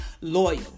loyal